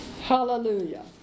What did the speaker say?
Hallelujah